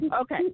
Okay